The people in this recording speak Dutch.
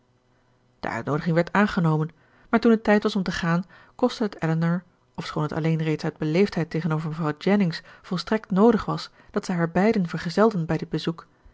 de uitnoodiging werd aangenomen maar toen het tijd was om te gaan kostte het elinor ofschoon het alleen reeds uit beleefdheid tegenover mevrouw jennings volstrekt noodig was dat zij haar beiden vergezelden bij dit bezoek